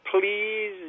please